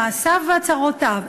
מעשיו והצהרותיו,